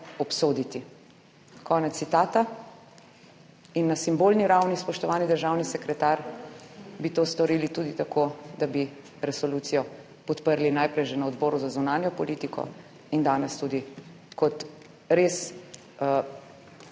obsoditi«. In na simbolni ravni, spoštovani državni sekretar, bi to storili tudi tako, da bi resolucijo podprli najprej že na Odboru za zunanjo politiko in danes tudi kot res